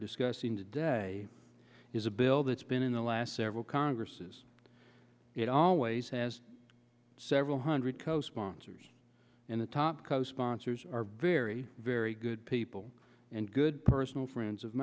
discussing today is a bill that's been in the last several congresses it always has several hundred co sponsors in the top co sponsors are very very good people and good personal friends of